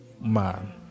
man